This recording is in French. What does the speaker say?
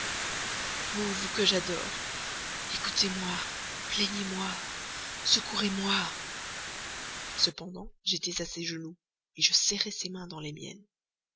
vous que j'adore écoutez-moi plaignez-moi secourez-moi cependant j'étois à ses genoux je serrais ses mains dans les miennes